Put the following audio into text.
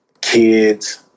kids